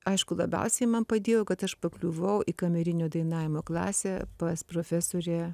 aišku labiausiai man padėjo kad aš pakliuvau į kamerinio dainavimo klasę pas profesorę